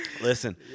listen